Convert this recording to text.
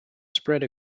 spread